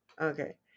okay